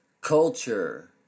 Culture